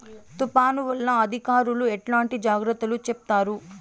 తుఫాను వల్ల అధికారులు ఎట్లాంటి జాగ్రత్తలు చెప్తారు?